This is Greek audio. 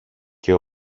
και